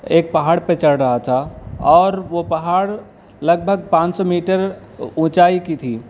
ایک پہاڑ پہ چڑھ رہا تھا اور وہ پہاڑ لگ بھگ پانچ سو میٹر اونچائی کی تھی